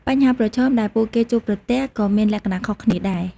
បញ្ហាប្រឈមដែលពួកគេជួបប្រទះក៏មានលក្ខណៈខុសគ្នាដែរ។